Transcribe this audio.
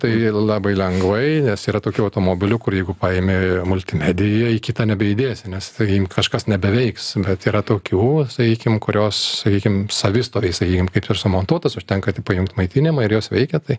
tai labai lengvai nes yra tokių automobilių kur jeigu paimi multimediją į kitą nebeįdėsi nes kažkas nebeveiks bet yra tokių sakykim kurios sakykim savistoviai sakykim kaip jos sumontuotos užtenka tik pajungt maitinimą ir jos veikia tai